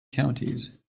counties